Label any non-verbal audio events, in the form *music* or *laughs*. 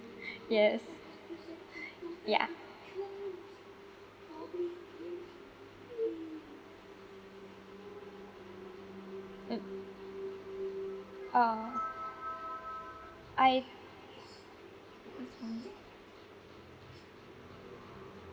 *laughs* yes *laughs* ya mm uh